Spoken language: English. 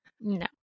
No